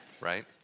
Right